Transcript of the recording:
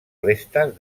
restes